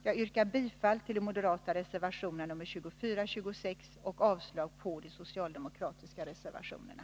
Jag yrkar bifall till de moderata reservationerna nr 24 och nr 26 samt avslag på de socialdemokratiska reservationerna.